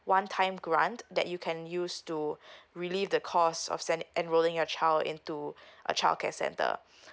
one time grant that you can use to relieve the cost of send enrolling your child into a childcare center